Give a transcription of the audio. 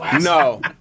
no